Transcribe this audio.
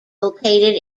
located